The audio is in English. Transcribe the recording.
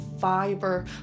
fiber